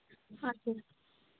हजुर